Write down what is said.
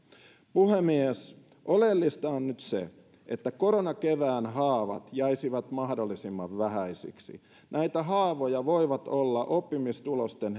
puhemies oleellista on nyt se että koronakevään haavat jäisivät mahdollisimman vähäisiksi näitä haavoja voivat olla oppimistulosten